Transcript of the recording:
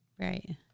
Right